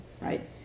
right